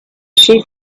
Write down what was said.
she